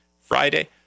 Friday